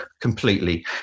completely